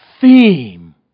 theme